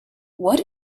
what